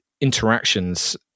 interactions